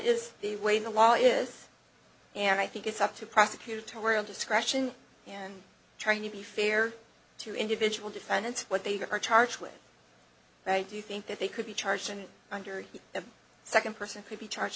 is the way the law is and i think it's up to prosecutorial discretion and trying to be fair to individual defendants what they are charged with but i do think that they could be charged under the second person could be charged